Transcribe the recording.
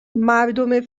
مردم